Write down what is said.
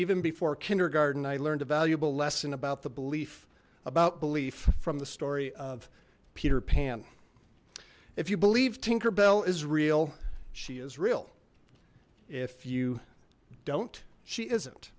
even before kindergarten i learned a valuable lesson about the belief about belief from the story of peter pan if you believe tinker bell is real she is real if you don't she isn't